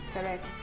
Correct